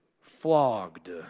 flogged